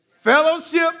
fellowship